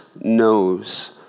knows